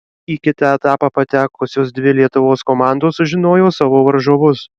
į kitą etapą patekusios dvi lietuvos komandos sužinojo savo varžovus